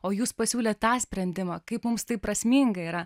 o jūs pasiūlėt tą sprendimą kaip mums tai prasminga yra